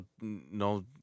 no